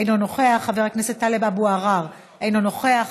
אינו נוכח,